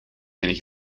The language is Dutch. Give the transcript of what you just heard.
binnen